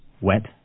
wet